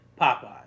Popeyes